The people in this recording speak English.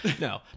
No